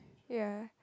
ya